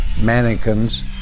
mannequins